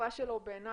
התשובה שלו בעיני